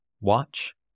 Watch